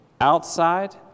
outside